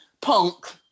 punk